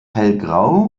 hellgrau